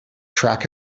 track